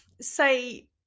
say